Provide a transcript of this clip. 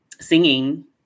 singing